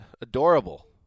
adorable